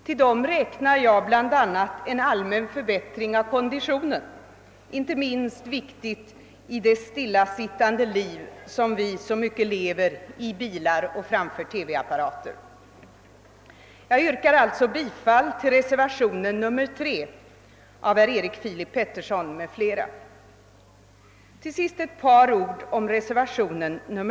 Till dem räknar jag bland annat en allmän förbättring av konditionen — inte minst viktigt i det stillasittande liv som vi så mycket lever i bilar och framför TV apparater. Till sist några ord om reservationen 2.